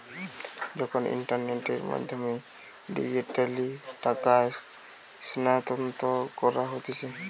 যখন ইন্টারনেটের মাধ্যমে ডিজিটালি টাকা স্থানান্তর করা হতিছে